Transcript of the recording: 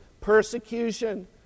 persecution